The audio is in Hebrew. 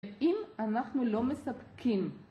ואם אנחנו לא מספקים